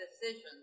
decisions